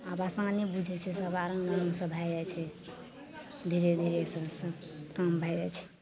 आब आसाने बुझै छै सब आराम आरामसे भै जाइ छै धीरे धीरे सबसे काम भै जाइ छै